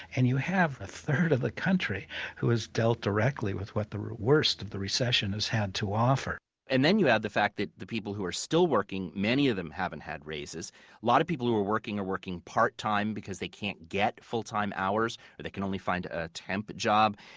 and you have a third of the country who has dealt directly with what the worst of the recession has had to offer and then you add the fact that the people who are still working, many of them hadn't had raises. a lot of people who are working are working part-time, because they can't get full-time hours or they can only find a a temp job.